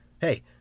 Hey